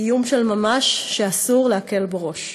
איום של ממש שאסור להקל בו ראש.